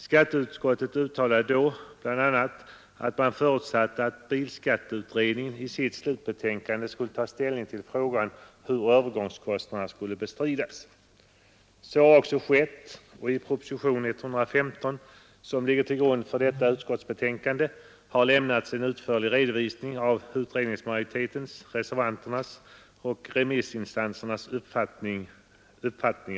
Skatteutskottet uttalade då bl.a. att man förutsatte att bilskatteutredningen i sitt slutbetänkande skulle ta ställning till frågan hur övergångskostnaderna skulle bestridas. Så har också skett, och i propositionen 115, som ligger till grund för det utskottsbetänkande som nu behandlas, har lämnats en utförlig redovisning av utredningsmajoritetens, reservanternas och remissinstansernas uppfattningar i frågan.